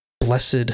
Blessed